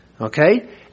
Okay